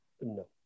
No